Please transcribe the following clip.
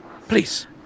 Please